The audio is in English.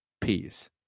peace